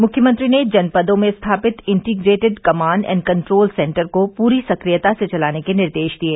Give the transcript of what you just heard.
मुख्यमंत्री ने जनपदों में स्थापित integrated command and control centre को पूरी सक्रियता से चलाने के निर्देश दिये